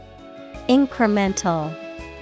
Incremental